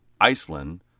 Iceland